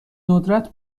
ندرت